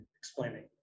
explaining